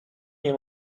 nie